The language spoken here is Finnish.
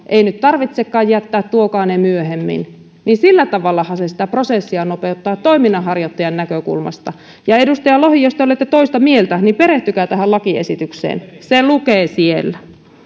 ei nyt tarvitsekaan jättää tuokaa ne myöhemmin sillä tavallahan se sitä prosessia nopeuttaa toiminnanharjoittajan näkökulmasta ja edustaja lohi jos te olette toista mieltä niin perehtykää tähän lakiesitykseen se lukee siellä